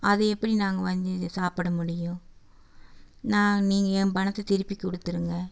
அது எப்படி நாங்கள் வஞ்சி சாப்பிட முடியும் நான் நீங்கள் என் பணத்தை திருப்பிக் கொடுத்துருங்க